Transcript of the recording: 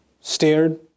stared